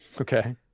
okay